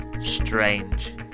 strange